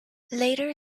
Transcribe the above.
later